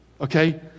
okay